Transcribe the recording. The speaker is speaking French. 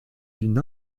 d’une